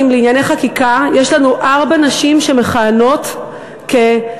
לענייני חקיקה יש לנו ארבע נשים שמכהנות כחברות: